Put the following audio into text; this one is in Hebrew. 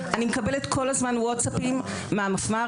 אני מקבלת כל הזמן ווטסאפים מהמפמ"רים